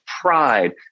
Pride